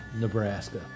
Nebraska